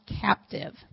captive